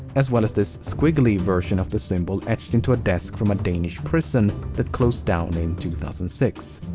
as well as this squiggly version of the symbol etched into a desk from a danish prison that closed down in two thousand and six.